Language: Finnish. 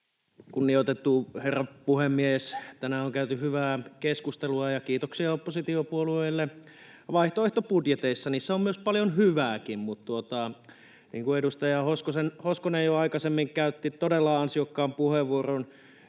Kunnioitettu herra puhemies! Tänään on käyty hyvää keskustelua. Kiitoksia oppositiopuolueille. Vaihtoehtobudjeteissa on paljon hyvääkin, mutta niin kuin edustaja Hoskonen jo aikaisemmin käytti todella ansiokkaan puheenvuoron,